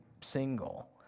single